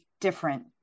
different